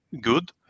good